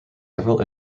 several